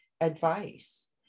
advice